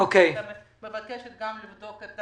אני מבקשת גם לבדוק את